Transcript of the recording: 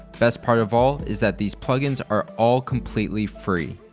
best part of all is that these plugins are all completely free.